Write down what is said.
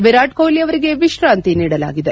ವಿರಾಟ್ ಕೊಹ್ಲಿ ಅವರಿಗೆ ವಿಶ್ರಾಂತಿ ನೀಡಲಾಗಿದೆ